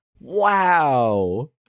Wow